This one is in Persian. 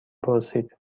پرسید